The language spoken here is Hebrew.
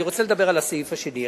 אני רוצה לדבר על הסעיף השני.